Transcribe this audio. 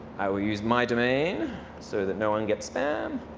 i will use my domain so that no one gets spam.